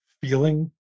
feeling